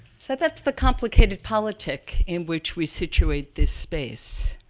so, that's the complicated politic in which we situate this space.